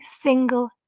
single